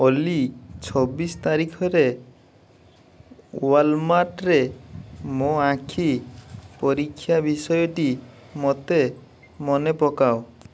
ଓଲି ଛବିଶ ତାରିଖରେ ୱାଲମାର୍ଟରେ ମୋ ଆଖି ପରୀକ୍ଷା ବିଷୟଟି ମୋତେ ମନେ ପକାଅ